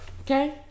Okay